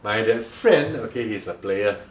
my that friend okay he's a player (uh huh)